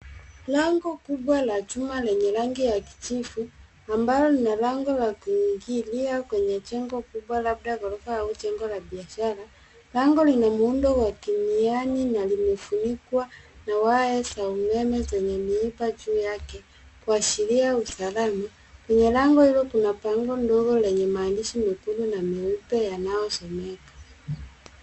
Lango kubwa la chuma lenye rangi ya kijivu ambalo lina lango la kuingilia kwenye jengo kubwa labda ghorofa au jengo la biashara, lango lenye muundo wa kimaini na limefunikwa na waya za umeme zenye miipa juu yake kuashiria usalama. Kwenye lango hilo kuna bango ndogo lenye maandishi mekundu na meupe yanayosomeka.